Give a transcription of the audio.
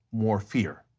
more fear.